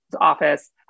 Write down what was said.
office